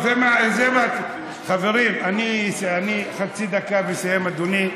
הציונים, חצי דקה ואסיים, אדוני.